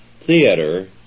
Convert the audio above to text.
Theater